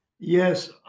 Yes